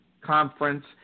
Conference